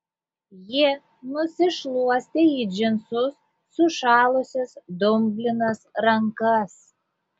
ji nusišluostė į džinsus sušalusias dumblinas rankas